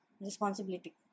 responsibility